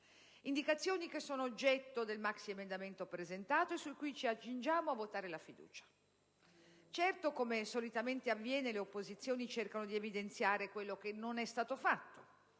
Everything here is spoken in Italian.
indicazioni che sono oggetto del maxiemendamento presentato e su cui ci accingiamo a votare la fiducia. Certo, come solitamente avviene, le opposizioni cercano di evidenziare quello che non è stato fatto,